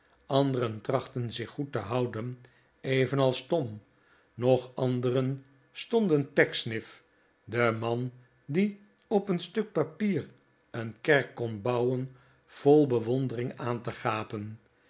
anderen trachtten zich goed te houden evenals tom nog anderen stonden pecksniff den man die op een stuk papier een kerk kon bouwen vol bewondering aan te gapen